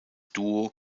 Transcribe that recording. duo